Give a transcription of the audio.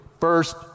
First